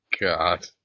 God